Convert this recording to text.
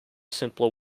simpler